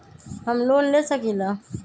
हम लोन ले सकील?